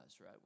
right